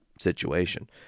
situation